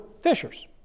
fishers